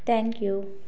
thank you